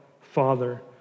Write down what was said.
Father